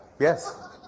yes